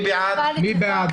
מי בעד?